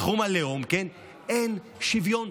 בתחום הלאום אין שוויון.